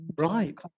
right